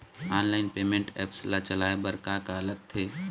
Online payment apps ला चलाए बार का का लगथे?